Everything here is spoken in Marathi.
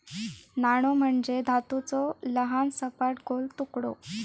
नाणो म्हणजे धातूचो लहान, सपाट, गोल तुकडो